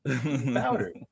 powder